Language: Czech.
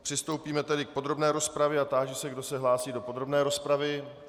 Přistoupíme tedy k podrobné rozpravě a táži se, kdo se hlásí do podrobné rozpravy.